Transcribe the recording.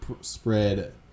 spread